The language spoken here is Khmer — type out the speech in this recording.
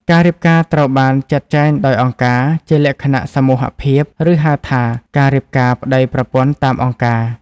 ការរៀបការត្រូវបានចាត់ចែងដោយអង្គការ ជាលក្ខណៈសមូហភាព ឬហៅថា "ការរៀបការប្តីប្រពន្ធតាមអង្គការ"។